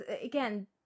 again